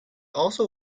also